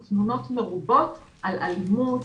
לפעמים תלונות מרובות על אלימות,